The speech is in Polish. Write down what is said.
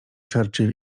churchill